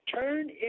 turn